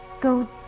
Go